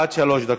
עד שלוש דקות.